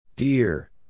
Dear